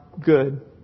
good